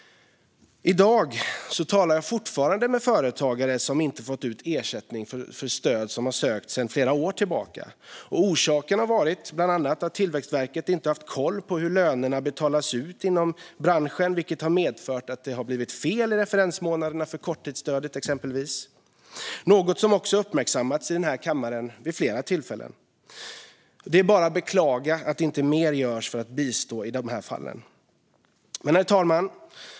I dag talar jag fortfarande med företagare som inte fått ut ersättning från stöd som de sökt sedan flera år tillbaka. Orsaken har bland annat varit att Tillväxtverket inte haft koll på hur lönerna betalas ut inom branschen. Det har medfört att det exempelvis har blivit fel i referensmånaderna för korttidsstödet. Det är något som också uppmärksammats i den här kammaren vid flera tillfällen. Det är bara att beklaga att inte mer görs för att bistå i de här fallen. Herr talman!